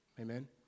amen